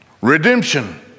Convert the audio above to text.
Redemption